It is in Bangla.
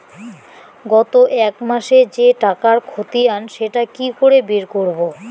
গত এক মাসের যে টাকার খতিয়ান সেটা কি করে বের করব?